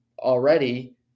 already